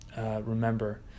remember